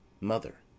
mother